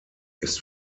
ist